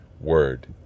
word